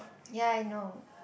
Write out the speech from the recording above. ya I know